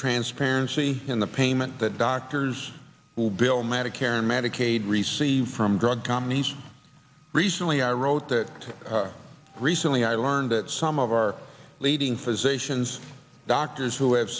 transparency in the payment that doctors will bill medicare and medicaid receive from drug companies recently i wrote that recently i learned that some of our leading physicians doctors who have